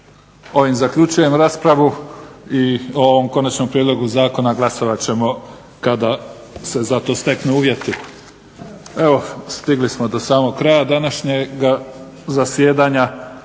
Ovim zaključujem raspravu i o ovom konačnom prijedlogu zakona glasovat ćemo kada se za to steknu uvjeti. Evo stigli smo do samog kraja današnjeg zasjedanja,